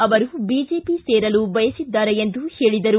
ಅವರು ಬಿಜೆಪಿ ಸೇರಲು ಬಯಸಿದ್ದಾರೆ ಎಂದು ಹೇಳಿದರು